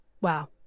wow